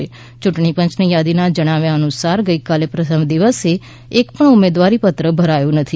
યૂંટણી પંચની યાદીમાં જણાવ્ય અનુસાર ગઇકાલે પ્રથમ દિવસે એક પણ ઉમેદવારીપત્ર ભરાયું નથી